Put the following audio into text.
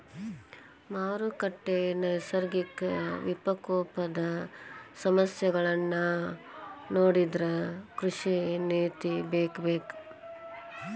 ಮಾರುಕಟ್ಟೆ, ನೈಸರ್ಗಿಕ ವಿಪಕೋಪದ ಸಮಸ್ಯೆಗಳನ್ನಾ ನೊಡಿದ್ರ ಕೃಷಿ ನೇತಿ ಬೇಕಬೇಕ